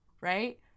right